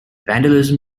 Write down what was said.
vandalism